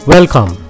Welcome